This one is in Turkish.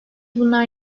bunlar